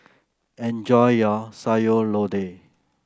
enjoy your Sayur Lodeh